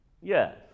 Yes